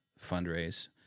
fundraise